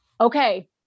okay